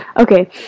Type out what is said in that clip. Okay